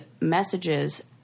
messages